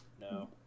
No